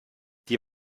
die